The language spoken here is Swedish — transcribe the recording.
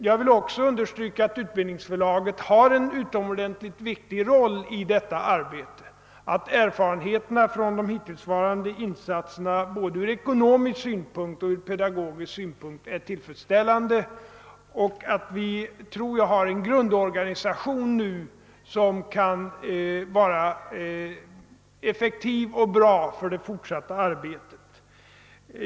Jag vill också understryka att Utbildningsförlaget har en utomordentligt viktig roll i detta arbete och att erfarenheterna från de hittillsvarande insatserna ur både ekonomisk och pedagogisk synpunkt är tillfredsställande. Jag tror att vi nu har en effektiv och bra grundorganisation för det fortsatta arbetet.